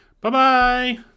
Bye-bye